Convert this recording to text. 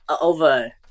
over